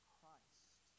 Christ